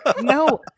no